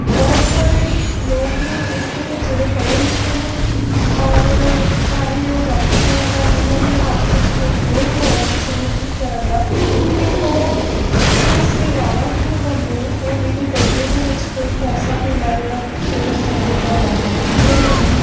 ਬਹੁਤ ਸਾਰੇ ਲੋਕ ਨੇ ਇੱਥੇ ਜਿਹੜੇ ਪੜ੍ਹੇ ਲਿਖੇ ਨੇ ਔਰ ਚਾਹੇ ਉਹ ਡੋਕਟਰ ਨੇ ਜਾਂ ਉਹਨਾਂ ਦੇ ਹੱਥ ਵਿੱਚ ਕੋਈ ਗੁਰ ਹੈ ਕਿਸੇ ਨੂੰ ਠੀਕ ਕਰਨ ਦਾ ਤਾਂ ਉਹ ਇਹ ਸਿਰਫ਼ ਸੇਵਾਵਾਂ ਹੀ ਨਿਭਾਉਂਦੇ ਨੇ ਉਹ ਇਹਦੇ ਬਦਲੇ ਦੇ ਵਿੱਚ ਕੋਈ ਪੈਸਾ ਧੇਲਾ ਜਿਹੜਾ ਦੂਸਰੇ ਪਰਸਨ ਦੇ ਕੋਲੋਂ ਨਹੀਂ ਲੈਂਦੇ